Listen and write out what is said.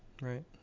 Right